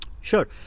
Sure